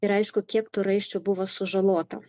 ir aišku kiek tų raiščių buvo sužalota